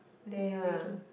there already